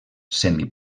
semi